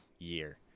year